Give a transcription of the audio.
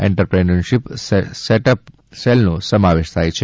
entrepreneurship setup સેલનો સમાવેશ થાય છે